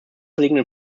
liegenden